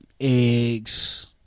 Eggs